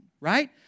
right